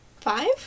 Five